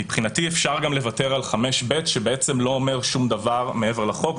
מבחינתי אפשר גם לוותר על סעיף 5(ב) שלא אומר שום דבר מעבר לחוק,